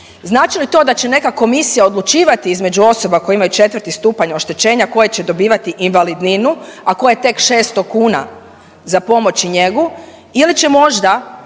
Znači li to da će neka komisija odlučivati između osoba koje imaju četvrti stupanj oštećenja koje će dobivati invalidninu, a koje je tek 600 kuna za pomoć i njegu ili će možda